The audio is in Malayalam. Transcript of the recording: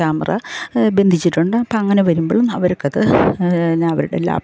ക്യാമറ ബന്ധിച്ചിട്ടുണ്ട് അപ്പോൾ അങ്ങനെ വരുമ്പോഴും അവർക്കത് അവരുടെ